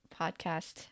podcast